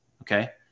Okay